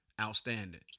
outstanding